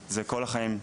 זה לכל החיים.